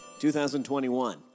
2021